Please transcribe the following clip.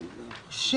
תוקפה של